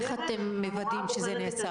ואיך אתם מוודאים שזה נעשה?